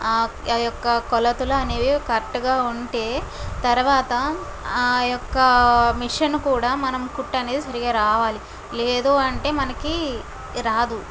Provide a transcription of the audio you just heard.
ఆ యొక్క కొలతలు అనేవి కరెక్ట్ గా ఉంటే తరవాత ఆ యొక్క మిషను కూడా మనం కుట్టు అనేది సరిగ్గా రావాలి లేదు అంటే మనకి రాదు